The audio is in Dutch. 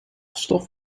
stof